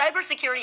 Cybersecurity